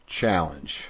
challenge